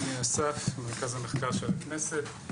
אני אסף, ממרכז המחקר והמידע של הכנסת.